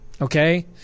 Okay